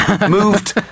moved